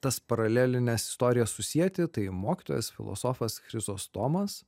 tas paralelines istorijas susieti tai mokytojas filosofas chrizostomas